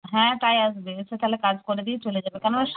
হ্যাঁ তাই আসবে এসে তাহলে কাজ করে দিয়ে চলে যাবে কেননা সারা রাত